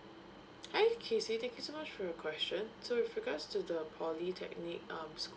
hi kesy thank you so much for your question so with regards to the polytechnic um